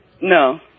No